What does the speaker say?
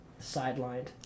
sidelined